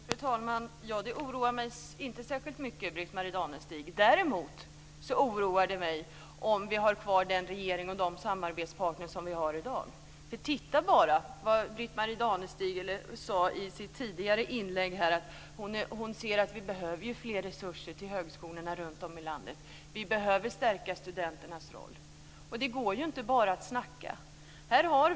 Fru talman! Det oroar mig inte särskilt mycket, Britt-Marie Danestig. Däremot oroar det mig om vi har kvar den regering och de samarbetspartner som finns i dag. Tänk bara på vad Britt-Marie Danestig sade i sitt tidigare inlägg! Hon sade att hon ser att vi behöver fler resurser till högskolorna runtom i landet. Vi behöver stärka studenternas roll. Det går ju inte bara att snacka.